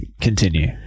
Continue